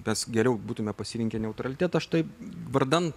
mes geriau būtumėme pasirinkę neutralitetą štai vardan